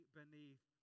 beneath